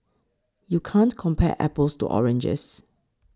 you can't compare apples to oranges